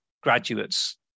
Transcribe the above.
graduates